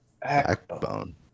Backbone